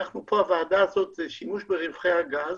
הוועדה הזאת זה שימוש ברווחי הגז,